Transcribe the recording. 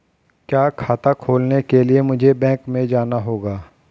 क्या खाता खोलने के लिए मुझे बैंक में जाना होगा?